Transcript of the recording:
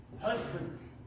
Husbands